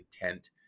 intent